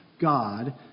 God